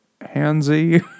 handsy